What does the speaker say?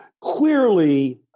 Clearly